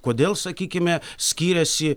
kodėl sakykime skiriasi